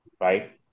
right